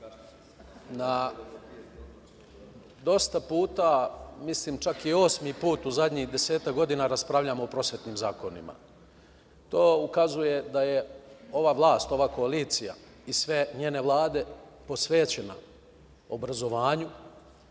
na dosta puta, čak mislim osmi put u zadnjih desetak godina raspravljamo o prosvetnim zakonima. To ukazuje da je ova vlast, ova koalicije i sve njene vlade posvećena obrazovanju